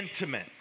intimate